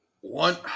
one